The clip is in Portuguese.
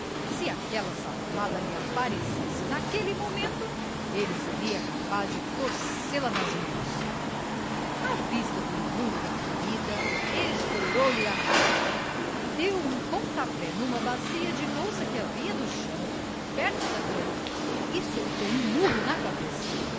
se aquela safada lhe aparecesse naquele momento ele seria capaz de torcê la nas mãos à vista do embrulho da comida estourou lhe a raiva deu um pontapé numa bacia de louça que havia no chão perto da cama e soltou um marro na cabeça